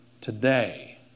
today